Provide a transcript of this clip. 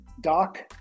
doc